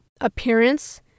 appearance